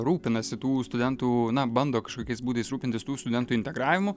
rūpinasi tų studentų na bando kažkokiais būdais rūpintis tų studentų integravimu